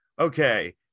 okay